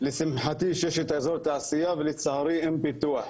לשמחתי שיש את אזור התעשייה ולצערי אין פיתוח.